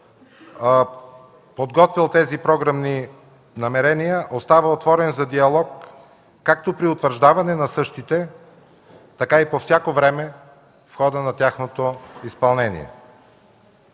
подготвил тези програмни намерения, остава отворен за диалог както при утвърждаване на същите, така и по всяко време в хода на тяхното изпълнение.